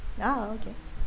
ah okay